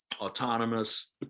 autonomous